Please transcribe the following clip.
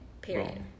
Period